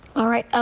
all right. ah